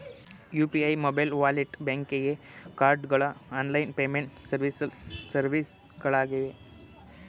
UPI, mobile wallet, banking ಕಾರ್ಡ್ಸ್ ಗಳು online payment ಸರ್ವಿಸ್ಗಳಾಗಿವೆ